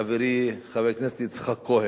חברי חבר הכנסת יצחק כהן.